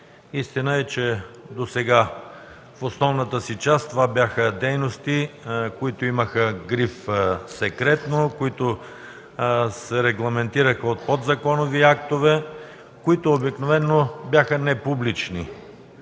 Истина е, че досега в основната си част това бяха дейности с гриф „Секретно”, те се регламентираха от подзаконови актове, които обикновено не бяха публични.